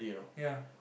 ya